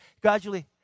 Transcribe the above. Gradually